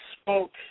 spoke